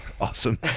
Awesome